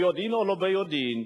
ביודעין או לא ביודעין,